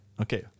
Okay